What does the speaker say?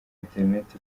internet